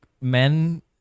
men